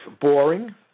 boring